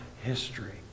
history